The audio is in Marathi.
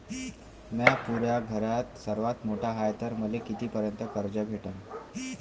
म्या पुऱ्या घरात सर्वांत मोठा हाय तर मले किती पर्यंत कर्ज भेटन?